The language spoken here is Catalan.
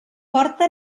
porta